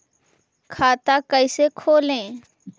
खाता कैसे खोले?